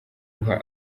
guha